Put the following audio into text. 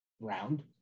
round